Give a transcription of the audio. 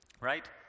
Right